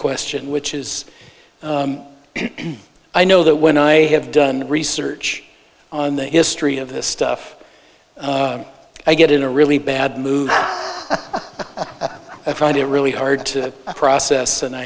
question which is i know that when i have done research on the history of this stuff i get in a really bad mood and i find it really hard to process and i